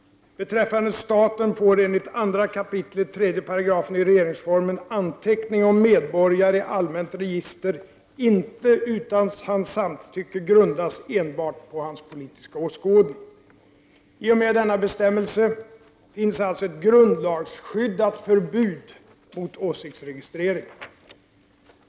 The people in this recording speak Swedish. Beträffande staten får enligt 2 kap. 3§ i regeringsformen anteckning om medborgare i allmänt register inte utan hans samtycke grundas enbart på hans politiska åskådning. I och med denna bestämmelse finns alltså ett grundlagsskyddat förbud mot åsiktsregistrering.